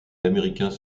américains